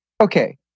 Okay